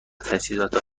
تجهیزات